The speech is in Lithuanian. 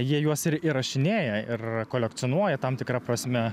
jie juos ir įrašinėja ir kolekcionuoja tam tikra prasme